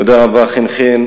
תודה רבה, חן חן.